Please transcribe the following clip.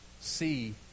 see